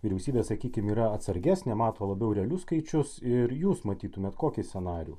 vyriausybė sakykim yra atsargesnė mato labiau realius skaičius ir jūs matytumėt kokį scenarijų